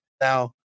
Now